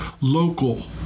local